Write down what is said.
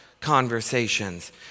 conversations